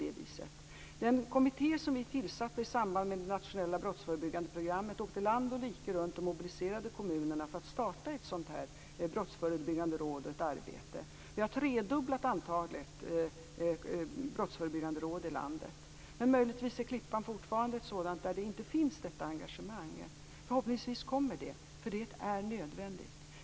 Den kommitté vi tillsatte i samband med det nationella brottsförebyggande programmet åkte land och rike runt och mobiliserade kommunerna för att starta ett arbete med brottsförebyggande råd. Vi har tredubblat antalet brottsförebyggande råd i landet. Möjligtvis är Klippan fortfarande ett sådant område där detta engagemang inte finns. Förhoppningsvis kommer det, därför att det är nödvändigt.